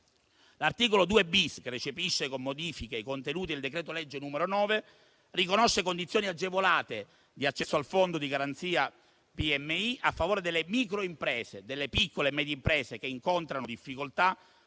L'articolo 2-*bis*, che recepisce, con modifiche, i contenuti del decreto-legge n. 9, riconosce condizioni agevolate di accesso al fondo di garanzia PMI, a favore delle microimprese, delle piccole e medie imprese che incontrano difficoltà